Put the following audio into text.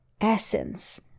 essence